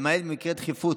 למעט במקרי דחיפות,